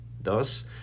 Thus